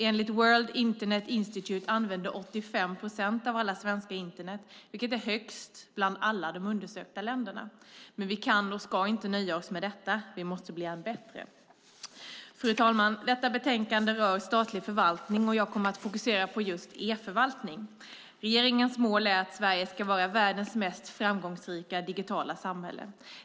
Enligt World Internet Institute använder 85 procent av alla svenskar Internet, vilket är högst bland alla de undersökta länderna. Men vi kan och ska inte nöja oss med detta. Vi måste bli ännu bättre. Fru talman! Detta betänkande rör statlig förvaltning. Jag kommer att fokusera på just e-förvaltning. Regeringens mål är att Sverige ska vara världens mest framgångsrika digitala samhälle.